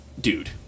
Dude